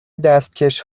دستکش